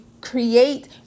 create